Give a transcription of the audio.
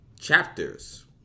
chapters